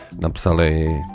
napsali